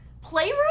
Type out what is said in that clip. playroom